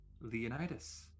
Leonidas